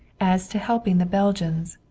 as to helping the belgians,